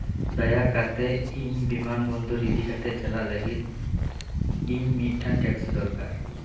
ᱫᱟᱭᱟ ᱠᱟᱛᱮᱜ ᱤᱧ ᱵᱤᱢᱟᱱ ᱵᱚᱱᱫᱚᱨ ᱤᱫᱤ ᱠᱟᱛᱮᱜ ᱪᱟᱞᱟᱜ ᱞᱟᱹᱜᱤᱫ ᱤᱧ ᱢᱤᱫᱴᱟᱝ ᱴᱮᱠᱥᱤ ᱫᱚᱨᱠᱟᱨ